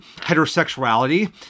heterosexuality